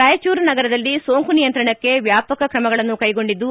ರಾಯಚೂರು ನಗರದಲ್ಲಿ ಸೋಂಕು ನಿಯಂತ್ರಣಕ್ಕೆ ವ್ಯಾಪಕ ಕ್ರಮಗಳನ್ನು ಕೈಗೊಂಡಿದ್ದು